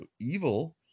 evil